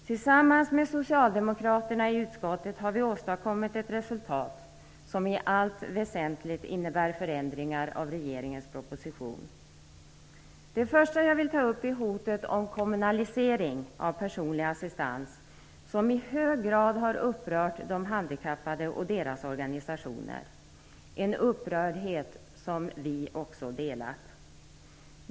Tillsammans med socialdemokraterna i utskottet har vi åstadkommit ett resultat som i allt väsentligt innebär förändringar av regeringens proposition. Det första jag vill ta upp är hotet om kommunalisering av personlig assistans som i hög grad har upprört de handikappade och deras organisationer - en upprördhet som vi också delat.